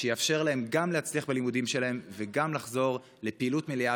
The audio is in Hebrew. שיאפשר להם גם להצליח בלימודים שלהם וגם לחזור לפעילות מלאה,